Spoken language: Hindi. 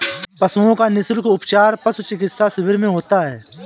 पशुओं का निःशुल्क उपचार पशु चिकित्सा शिविर में होता है